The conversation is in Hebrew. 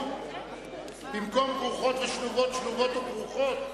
במקום "כרוכות ושלובות", "שלובות וכרוכות"?